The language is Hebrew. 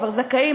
כבר זכאים,